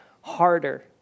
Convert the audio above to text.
harder